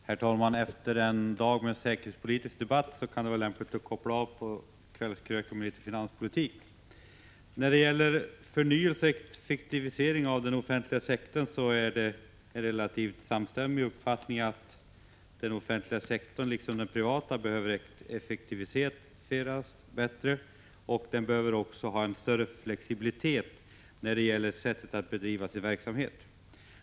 Herr talman! Efter en dag med säkerhetspolitisk debatt kan det vara lämpligt att koppla av på kvällskröken med litet finanspolitik. Det råder en relativ samstämmighet i uppfattningen att den offentliga sektorn — liksom den privata — behöver effektiviseras ytterligare och att det erfordras större flexibilitet när det gäller sättet att bedriva verksamheten.